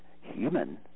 human